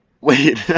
Wait